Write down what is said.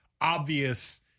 obvious